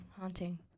haunting